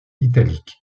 italique